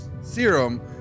serum